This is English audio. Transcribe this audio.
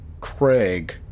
Craig